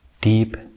deep